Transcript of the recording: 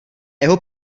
jeho